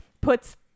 puts